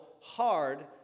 hard